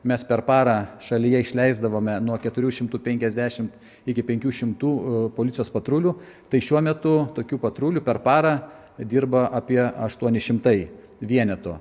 mes per parą šalyje išleisdavome nuo keturių šimtų penkiasdešimt iki penkių šimtų policijos patrulių tai šiuo metu tokių patrulių per parą dirba apie aštuoni šimtai vienetų